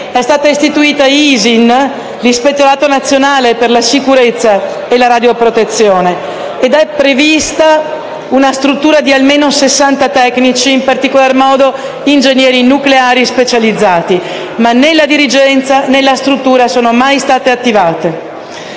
è stato istituito l'ISIN, l'Ispettorato nazionale per la sicurezza nucleare e la radioprotezione. È prevista una struttura di almeno 60 tecnici, in particolar modo ingegneri nucleari specializzati; ma né la dirigenza né la struttura sono mai state attivate.